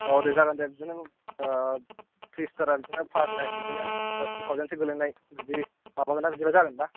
आव दे जागोन दे बिदिनो थ्री स्टार आ बिदिनो पर नाइट बिदिनो आह टु थाउसेन्डसो गोलैनाय बिदि माबाबा जागोन ना